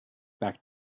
back